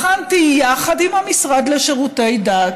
ויחד עם המשרד לשירותי דת